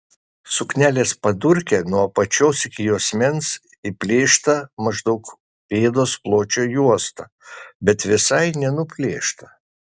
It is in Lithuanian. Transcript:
suknelės padurke nuo apačios iki juosmens įplėšta maždaug pėdos pločio juosta bet visai nenuplėšta